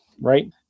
right